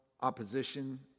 Opposition